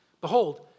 Behold